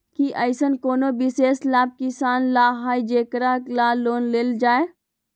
कि अईसन कोनो विशेष लाभ किसान ला हई जेकरा ला लोन लेल जाए?